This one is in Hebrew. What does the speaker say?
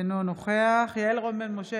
אינו נוכח יעל רון בן משה,